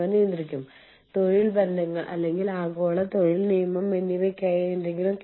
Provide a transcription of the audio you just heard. ഇത് ഇന്ത്യയെ സംബന്ധിച്ചിടത്തോളം വളരെ സവിശേഷമായ ഒന്നാണ്